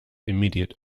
immediate